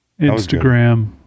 Instagram